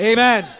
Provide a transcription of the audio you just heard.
Amen